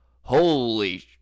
holy